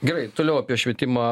gerai toliau apie švietimą